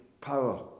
power